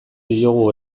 diogu